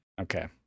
Okay